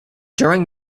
during